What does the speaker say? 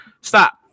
Stop